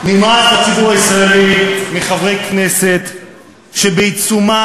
נמאס לציבור הישראלי מחברי כנסת שבעיצומה